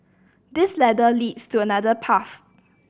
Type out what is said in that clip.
this ladder leads to another path